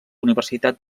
universitat